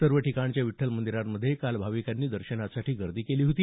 सर्व ठिकाणच्या विठ्ठल मंदिरांमध्ये काल भाविकांनी दर्शनासाठी गर्दी केली होती